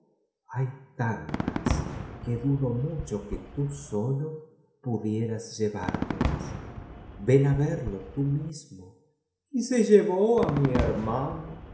hay tantas que dudo mucho que tú solo pudieras llevártelas ven á verlo tú mismo biblioteca valenciana generalitat valenciana historia del jorobado y se llevó á mi hermano